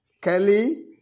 Kelly